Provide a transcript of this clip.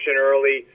early